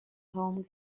home